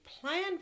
plan